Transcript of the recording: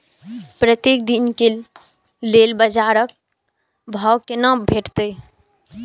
प्रत्येक दिन के लेल बाजार क भाव केना भेटैत?